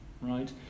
right